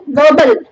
verbal